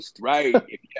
right